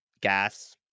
gas